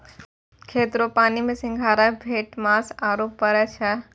खेत रो पानी मे सिंघारा, भेटमास आरु फरै छै